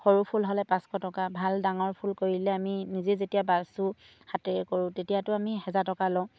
সৰু ফুল হ'লে পাঁচশ টকা ভাল ডাঙৰ ফুল কৰিলে আমি নিজে যেতিয়া বাছোঁ হাতেৰে কৰোঁ তেতিয়াতো আমি হেজাৰ টকা লওঁ